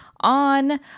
on